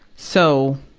so,